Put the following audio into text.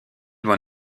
von